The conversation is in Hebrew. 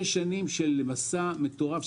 מדובר על שש שנים של מסע מטורף.